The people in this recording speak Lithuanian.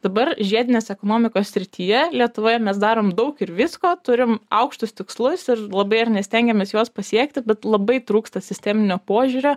dabar žiedinės ekonomikos srityje lietuvoje mes darom daug ir visko turime aukštus tikslus ir labai ar ne stengiamės juos pasiekti bet labai trūksta sisteminio požiūrio